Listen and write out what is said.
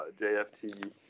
JFT